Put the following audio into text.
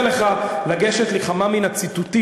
אני מציע לך לגשת לכמה מן הציטוטים,